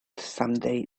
someday